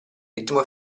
ritmo